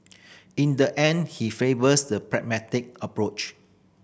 in the end he favours the pragmatic approach